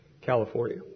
California